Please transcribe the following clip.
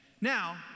Now